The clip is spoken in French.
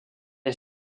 est